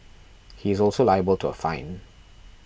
he is also liable to a fine